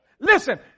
Listen